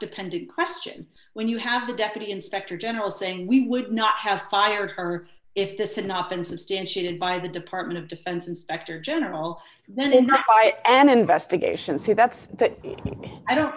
dependent question when you have the deputy inspector general saying we would not have fired her if this had not been substantiated by the department of defense inspector general then not by an investigation say that's that i don't